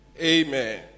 Amen